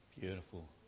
beautiful